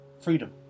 Freedom